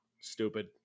stupid